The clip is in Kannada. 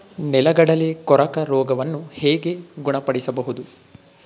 ನೆಲಗಡಲೆ ಕೊರಕ ರೋಗವನ್ನು ಹೇಗೆ ಗುಣಪಡಿಸಬಹುದು?